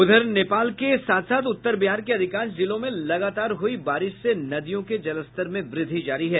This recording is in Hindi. उधर नेपाल के साथ साथ उत्तर बिहार के अधिकांश जिलों में लगातार हुई बारिश से नदियों के जलस्तर में वृद्धि जारी है